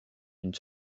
une